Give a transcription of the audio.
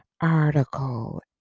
article